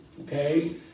okay